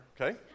okay